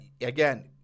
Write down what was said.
again